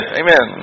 amen